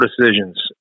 decisions